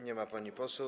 Nie ma pani poseł.